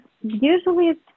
Usually